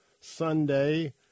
Sunday